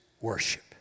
worship